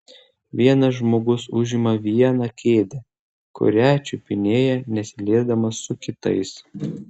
vienas žmogus užima vieną kėdę kurią čiupinėja nesiliesdamas su kitais